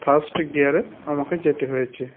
first গিয়ারে আমাকে যেতে হয়েছে